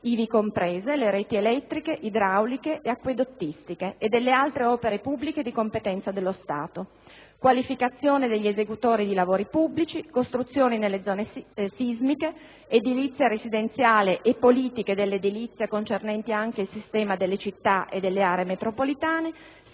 ivi comprese le reti elettriche, idrauliche e acquedottistiche, e delle altre opere pubbliche di competenza dello Stato; la qualificazione degli esecutori di lavori pubblici; le costruzioni nelle zone sismiche; l'edilizia residenziale e le politiche dell'edilizia concernenti anche il sistema delle città e delle aree metropolitane;